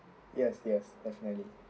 yes yes definitely